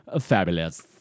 fabulous